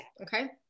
okay